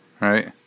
Right